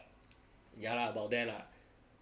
ya la about there la